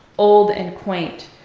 old and quaint,